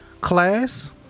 class